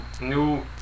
new